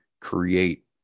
create